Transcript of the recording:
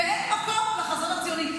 ואין מקום לחזון הציוני.